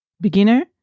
Beginner